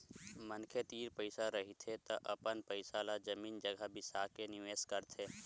मनखे तीर पइसा रहिथे त अपन पइसा ल जमीन जघा बिसा के निवेस करथे